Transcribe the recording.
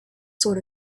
sort